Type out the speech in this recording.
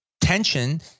tension